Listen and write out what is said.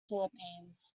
philippines